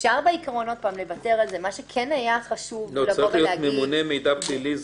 אפשר לוותר על זה -- צריך להיות ממונה מידע פלילי.